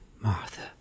Martha